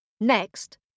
Next